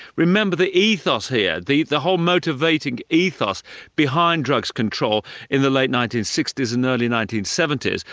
remember the ethos here, the the whole motivating ethos behind drugs control in the late nineteen sixty s and early nineteen seventy s,